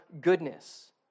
goodness